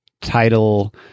title